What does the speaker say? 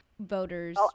voters